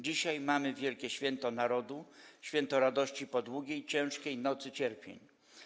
Dzisiaj mamy wielkie święto narodu, święto radości po długiej, ciężkiej nocy cierpień.